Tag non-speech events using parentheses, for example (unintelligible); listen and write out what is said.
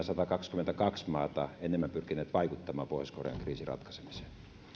(unintelligible) satakaksikymmentäkaksi maata enemmän pyrkineet vaikuttamaan pohjois korean kriisin ratkaisemiseen